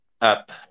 up